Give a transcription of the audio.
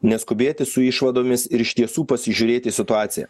neskubėti su išvadomis ir iš tiesų pasižiūrėt į situaciją